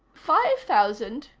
five thousand,